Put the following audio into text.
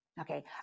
Okay